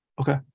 Okay